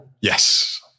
Yes